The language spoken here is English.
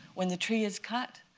when the tree is cut,